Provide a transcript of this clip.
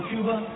Cuba